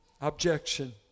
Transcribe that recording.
objection